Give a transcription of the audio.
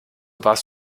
warst